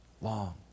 long